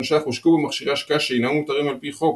ש"ח הושקעו במכשירי השקעה שאינם מותרים על פי חוק.